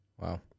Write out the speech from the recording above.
Wow